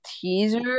teaser